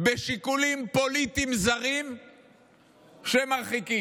בשיקולים פוליטיים זרים שמרחיקים.